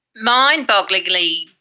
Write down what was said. mind-bogglingly